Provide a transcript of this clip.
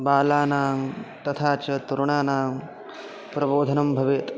बालानां तथा च तरुणानां प्रबोधनं भवेत्